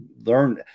learn